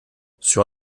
sur